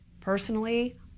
Personally